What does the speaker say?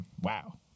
Wow